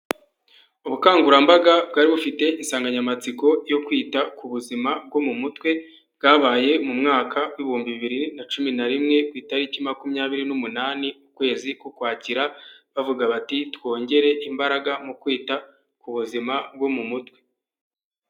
Ubukangurambaga bwari bufite insanganyamatsiko yo kwita ku buzima bwo mu mutwe, bwabaye mu mwaka w' ibihumbi bibiri na cumi na rimwe, ku itariki makumyabiri n'umunani ukwezi k'Ukwakira, bavuga bati "twongere imbaraga mu kwita ku buzima bwo mu mutwe".